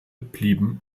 blieben